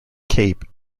cape